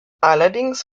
allerdings